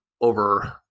over